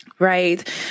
Right